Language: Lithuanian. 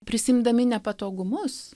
prisiimdami nepatogumus